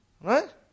Right